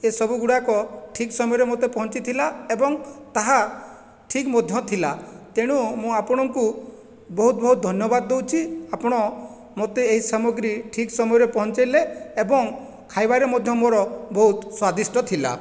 ଏସବୁ ଗୁଡ଼ାକ ଠିକ୍ ସମୟରେ ମୋତେ ପହଞ୍ଚିଥିଲା ଏବଂ ତାହା ଠିକ୍ ମଧ୍ୟ ଥିଲା ତେଣୁ ମୁଁ ଆପଣଙ୍କୁ ବହୁତ ବହୁତ ଧନ୍ୟବାଦ ଦେଉଛି ଆପଣ ମୋତେ ଏହି ସାମଗ୍ରୀ ଠିକ୍ ସମୟରେ ପହଁଞ୍ଚେଇଲେ ଏବଂ ଖାଇବାରେ ମଧ୍ୟ ମୋର ବହୁତ ସ୍ଵାଦିଷ୍ଟ ଥିଲା